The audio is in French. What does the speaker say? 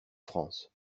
france